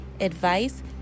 advice